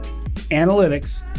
analytics